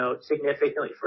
significantly